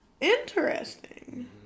Interesting